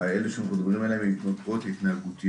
האלה שאנחנו מדברים עליהן הן התמכרויות התנהגותיות.